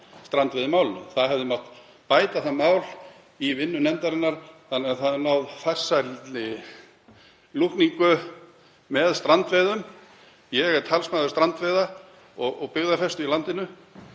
strandveiðimálinu. Það hefði mátt bæta það mál í vinnu nefndarinnar og ná farsælli lúkningu með strandveiðar. Ég er talsmaður strandveiða og byggðafestu í landinu,